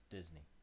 Disney